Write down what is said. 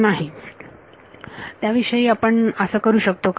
नाही त्याविषयी आपण असं करू शकतो का